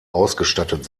ausgestattet